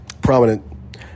prominent